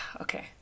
okay